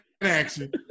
action